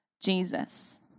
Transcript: Jesus